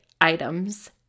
items